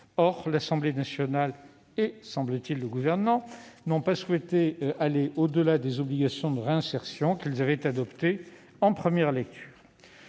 Or l'Assemblée nationale et, semble-t-il, le Gouvernement n'ont pas souhaité aller au-delà des obligations de réinsertion que nos collègues députés avaient adoptées en première lecture.